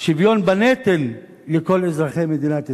שוויון בנטל לכל אזרחי מדינת ישראל.